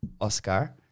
Oscar